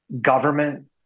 government